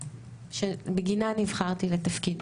שבגינה נבחרתי לתפקיד,